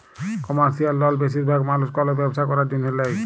commercial লল বেশিরভাগ মালুস কল ব্যবসা ক্যরার জ্যনহে লেয়